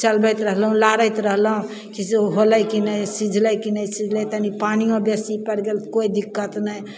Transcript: चलबैत रहलहुँ लाड़ैत रहलहुँ की से होलय की नहि सीझलय की नहि सीझलय तनी पानियो बेसी पड़ि गेल कोइ दिक्कत नहि